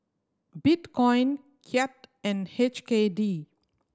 Bitcoin Kyat and H K D